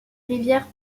rivière